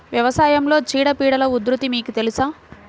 వ్యవసాయంలో చీడపీడల ఉధృతి మీకు తెలుసా?